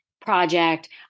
project